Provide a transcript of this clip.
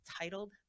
titled